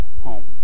home